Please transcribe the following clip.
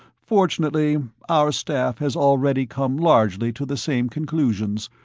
fortunately, our staff has already come largely to the same conclusions.